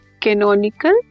Canonical